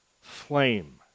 flame